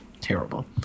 Terrible